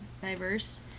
diverse